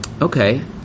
Okay